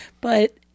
But-